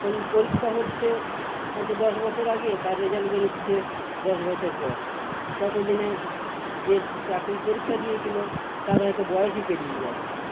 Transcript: কোন পরীক্ষা হচ্ছে হয়তো দশ বছর আগে তার রেজাল্ট বেরোচ্ছে দশ বছর পর ততদিনে যে চাকরির পরীক্ষা দিয়েছিল তার হয়তো বয়সই পেরিয়ে যাচ্ছে